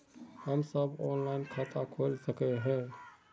हम सब ऑनलाइन खाता खोल सके है?